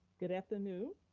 good afternoon.